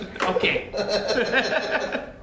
Okay